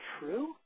true